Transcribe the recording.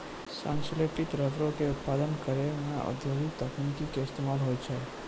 संश्लेषित रबरो के उत्पादन करै मे औद्योगिक तकनीको के इस्तेमाल होय छै